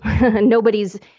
nobody's